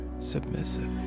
Submissive